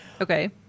Okay